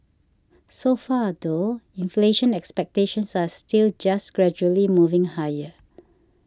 so far though inflation expectations are still just gradually moving higher